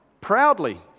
Proudly